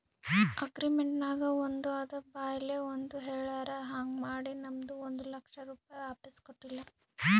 agreement ನಾಗ್ ಒಂದ್ ಅದ ಬಾಯ್ಲೆ ಒಂದ್ ಹೆಳ್ಯಾರ್ ಹಾಂಗ್ ಮಾಡಿ ನಮ್ದು ಒಂದ್ ಲಕ್ಷ ರೂಪೆ ವಾಪಿಸ್ ಕೊಟ್ಟಿಲ್ಲ